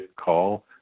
call